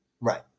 Right